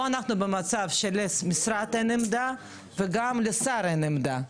פה אנחנו במצב שלמשרד אין עמדה וגם לשר אין עמדה.